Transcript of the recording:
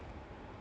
mm